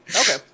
Okay